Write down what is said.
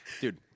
Dude